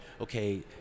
okay